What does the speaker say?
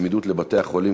בצמידות לבתי-החולים,